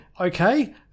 okay